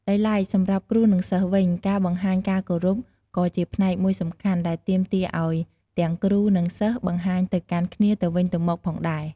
ដោយឡែក សម្រាប់គ្រូ និងសិស្សវិញ ការបង្ហាញការគោរពក៏ជាផ្នែកមួយសំខាន់ ដែលទាមទារឱ្យទាំងគ្រូ និងសិស្សបង្ហាញទៅកាន់គ្នាទៅវិញទៅមកផងដែរ។